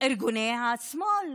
ארגוני השמאל,